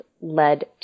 led